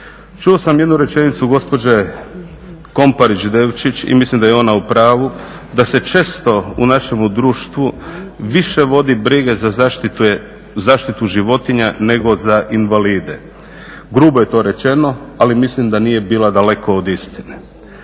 Čuo sam jednu rečenicu gospođe Komparić Devčić i mislim da je ona u pravu, da se često u našemu društvu više vodi brigu za zaštitu životinja nego za invalide. Grubo je to rečeno, ali mislim da nije bila daleko od istine.